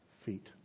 feet